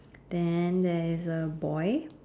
then there is a boy